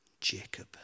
Jacob